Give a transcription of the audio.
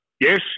Yes